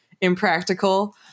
impractical